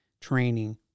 training